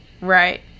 right